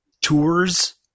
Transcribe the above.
tours